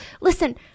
Listen